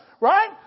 right